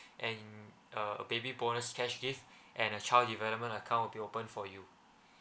and uh baby bonus cash gift and a child development account will be open for you